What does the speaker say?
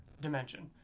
dimension